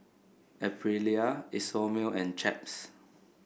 Aprilia Isomil and Chaps